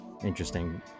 interesting